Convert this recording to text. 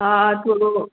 हा थोरो